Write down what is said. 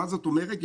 מה זאת אומרת?